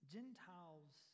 Gentiles